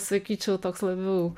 sakyčiau toks labiau